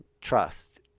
trust